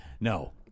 no